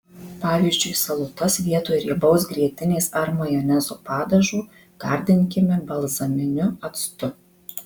pavyzdžiui salotas vietoj riebaus grietinės ar majonezo padažo gardinkime balzaminiu actu